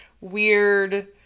weird